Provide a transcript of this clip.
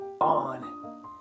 on